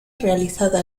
realizada